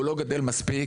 הוא לא גדל מספיק,